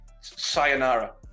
sayonara